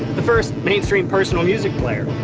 the first mainstream personal music player.